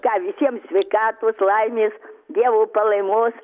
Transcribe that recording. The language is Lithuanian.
ką visiems sveikatos laimės dievo palaimos